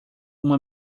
uma